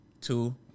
two